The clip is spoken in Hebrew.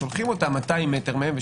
שולחים אותם 200 מ' משם.